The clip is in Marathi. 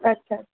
अच्छा अच्छा